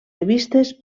revistes